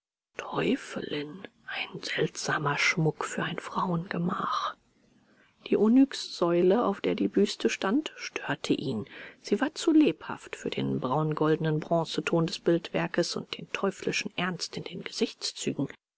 teufelin ein seltsamer schmuck für ein frauengemach die onyxsäule auf der die büste stand störte ihn sie war zu lebhaft für den braungoldenen bronzeton des bildwerkes und den teuflischen ernst in den gesichtszügen